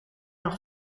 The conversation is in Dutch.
nog